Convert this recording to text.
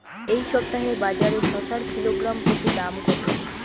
এই সপ্তাহে বাজারে শসার কিলোগ্রাম প্রতি দাম কত?